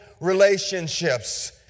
relationships